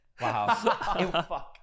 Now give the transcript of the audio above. Wow